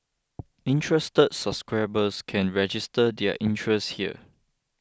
interested subscribers can register their interest here